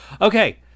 Okay